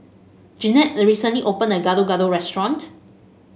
Jeanette recently opened a new Gado Gado restaurant